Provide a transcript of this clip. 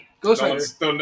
Ghost